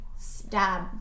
stab